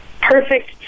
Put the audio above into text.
perfect